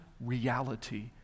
reality